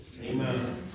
Amen